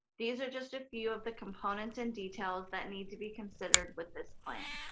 these are just a few of the components and details that need to be considered with this plan.